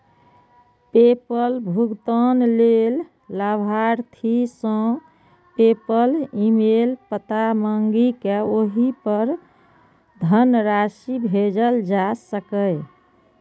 PayPal भुगतान लेल लाभार्थी सं पेपल ईमेल पता मांगि कें ओहि पर धनराशि भेजल जा सकैए